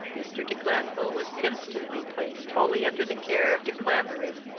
mr. de glanville was instantly placed wholly under the care of de clavering,